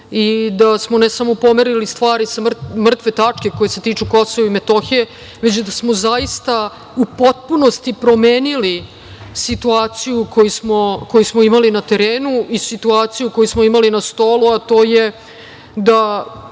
i da smo ne samo pomerili stvari sa mrtve tačke koje se tiču Kosova i Metohije, već da smo zaista u potpunosti promenili situaciju koju smo imali na terenu i situaciju koju smo imali na stolu, a to je da